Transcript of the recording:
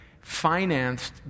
financed